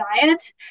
diet